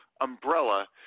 umbrella